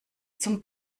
zum